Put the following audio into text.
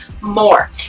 more